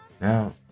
Now